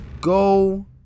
Go